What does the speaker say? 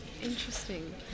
Interesting